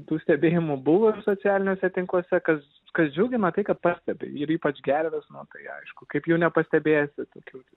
tų stebėjimų buvo ir socialiniuose tinkluose kas kas džiugina tai kad pastebi ir ypač gervės nu tai aišku kaip jų nepastebėsi tokių